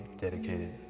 dedicated